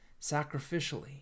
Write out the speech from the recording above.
sacrificially